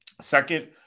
Second